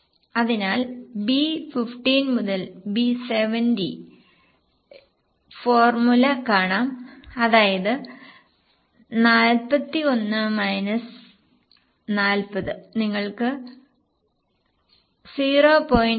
അതിനാൽ B 15 മുതൽ B 70 formula കാണാം അതായത് 41 ന് 40 നിങ്ങൾക്ക് 0